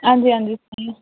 हां जी हां जी